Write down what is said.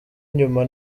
inyuma